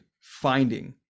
finding